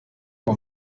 ano